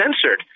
censored